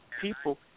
people